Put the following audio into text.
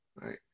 right